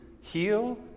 heal